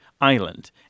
island